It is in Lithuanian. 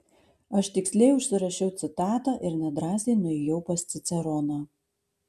aš tiksliai užsirašiau citatą ir nedrąsiai nuėjau pas ciceroną